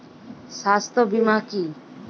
স্বাস্থ্য বীমা কি?